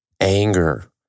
anger